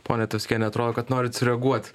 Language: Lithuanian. poniatvaskiene atrodo kad norit sureaguot